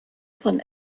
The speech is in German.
von